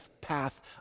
path